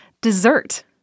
dessert